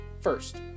First